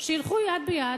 שילכו יד ביד